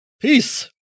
peace